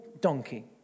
donkey